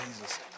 Jesus